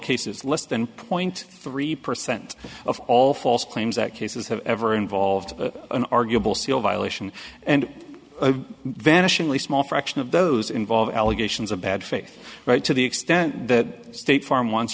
cases less than point three percent of all false claims that cases have ever involved an arguable seal violation and vanishingly small fraction of those involved allegations of bad faith right to the extent that state farm wants